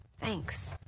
Thanks